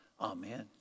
Amen